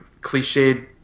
cliched